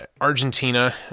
Argentina